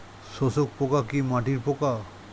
শোষক পোকা কি মাটির পোকা?